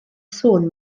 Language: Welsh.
sŵn